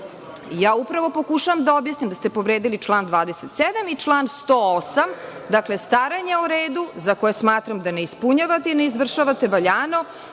smisla. Upravo pokušavam da objasnim da ste povredili član 27. i član 108, dakle, staranje o redu, za koje smatram da ne ispunjavate i ne izvršavate valjano